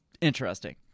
interesting